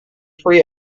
free